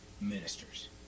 ministers